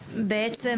בעצם,